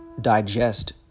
digest